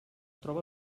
troba